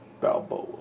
Balboa